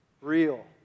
real